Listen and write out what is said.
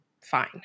fine